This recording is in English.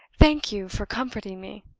thank you for comforting me.